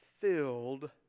filled